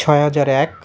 ছয় হাজার এক